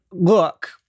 Look